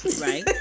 Right